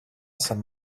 some